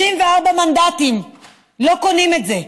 34 מנדטים לא קונים את זה,